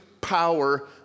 power